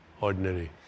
ordinary